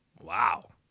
Wow